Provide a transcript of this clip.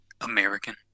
American